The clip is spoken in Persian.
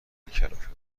کلافه